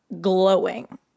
glowing